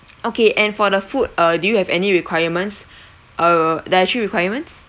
okay and for the food uh do you have any requirements err dietary requirements